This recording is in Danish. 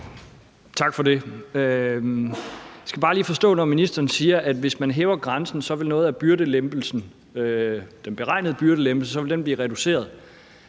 Tak for det. Jeg skal bare lige forstå det, når ministeren siger, at hvis man hæver grænsen, så vil noget af byrdelettelsen, altså den beregnede byrdelettelse, blive reduceret.